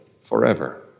forever